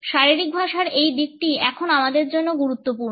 শারীরিক ভাষার এই দিকটি এখন আমাদের জন্য গুরুত্বপূর্ণ